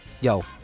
Yo